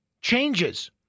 changes